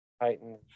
Titans –